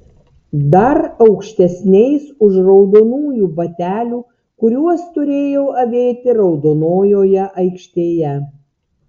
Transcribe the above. dar aukštesniais už raudonųjų batelių kuriuos turėjau avėti raudonojoje aikštėje